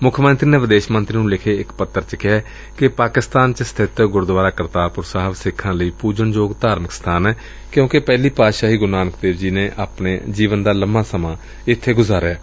ਮੱਖ ਮੰਤਰੀ ਨੇ ਵਿਦੇਸ਼ ਮੰਤਰੀ ਨੂੰ ਲਿਖੇ ਇਕ ਪੱਤਰ ਵਿਚ ਕਿਹੈ ਕਿ ਪਾਕਿਸਤਾਨ ਚ ਸਬਿਤ ਗੁਰਦੁਆਰਾ ਕਰਤਾਰਪੁਰ ਸਾਹਿਬ ਸਿੱਖਾ ਲਈ ਪੁਜਣਯੋਗ ਧਾਰਮਿਕ ਸਬਾਨ ਏ ਕਿਊਕਿ ਪਹਿਲੀ ਪਾਤਸ਼ਾਹੀ ਗੁਰੂ ਨਾਨਕ ਦੇਵ ਜੀ ਨੇ ਆਪਣਾ ਜੀਵਨ ਦਾ ਲੰਮਾ ਸਮਾ ਇੱਬੇ ਗੁਜ਼ਾਰਿਐ